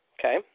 okay